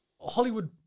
Hollywood